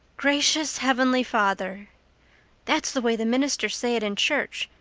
gracious heavenly father that's the way the ministers say it in church,